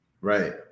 Right